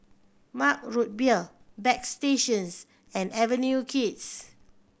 Mug Root Beer Bagstationz and Avenue Kids